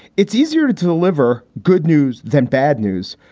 it's easier to to deliver good news than bad news,